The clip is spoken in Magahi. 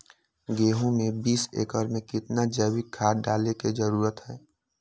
गेंहू में बीस एकर में कितना जैविक खाद डाले के जरूरत है?